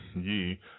ye